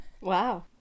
wow